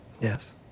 Yes